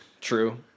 True